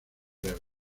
leves